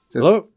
Hello